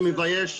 זה מבייש.